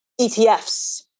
ETFs